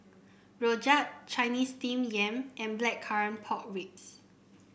Rojak Chinese Steamed Yam and Blackcurrant Pork Ribs